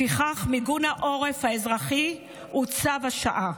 לפיכך, מיגון העורף האזרחי הוא צו השעה.